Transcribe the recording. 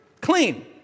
Clean